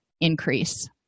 increase